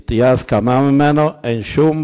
הייתי בכלל מקים רשות ממשלתית שהיא הרשות